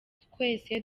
twese